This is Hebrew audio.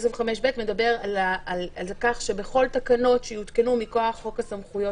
מדבר על כך שבכל תקנות שיותקנו מכוח חוק הסמכויות